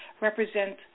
represent